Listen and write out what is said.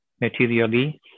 materially